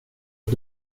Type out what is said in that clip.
att